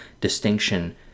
distinction